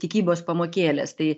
tikybos pamokėlės tai